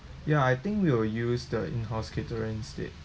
ya I think we will use the in-house catering instead